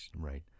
Right